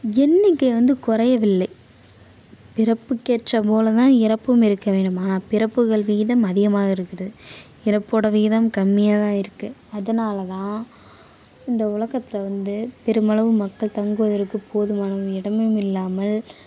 எண்ணிக்கை வந்து குறையவில்லை பிறப்புக்கேற்ற போல் தான் இறப்பும் இருக்க வேணும் ஆனால் பிறப்புகள் விகிதம் அதிகமாக இருக்குது இறப்போடய விகிதம் கம்மியாக தான் இருக்குது அதனால் தான் இந்த உலகத்தில் வந்து பெருமளவு மக்கள் தங்குவதற்கு போதுமான இடமும் இல்லாமல்